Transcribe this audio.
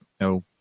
no